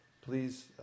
Please